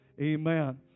Amen